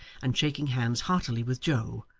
and shaking hands heartily with joe,